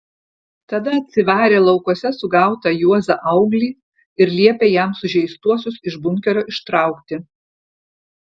tada atsivarė laukuose sugautą juozą auglį ir liepė jam sužeistuosius iš bunkerio ištraukti